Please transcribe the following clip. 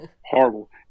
horrible